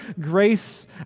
grace